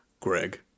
Greg